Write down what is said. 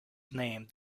named